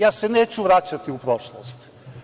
Ja se neću vraćati u prošlost.